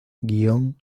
guion